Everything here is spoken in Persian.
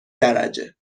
درجه